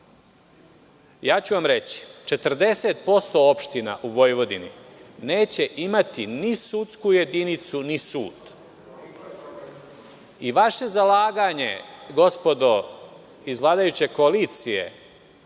ću vam – 40% opština u Vojvodini, neće imati ni sudsku jedinicu ni sud? Vaše zalaganje gospodo iz vladajuće koalicije